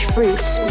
Fruits